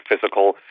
physical